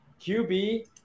QB